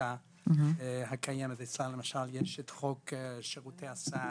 החקיקה הקיימת, למשל חוק שירותי הסעד,